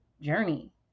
journey